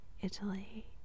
Italy